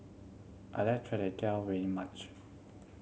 I like teow very much